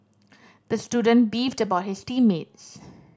the student beefed about his team mates